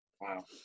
Wow